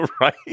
right